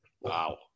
Wow